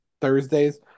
Thursdays